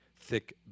thick